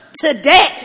today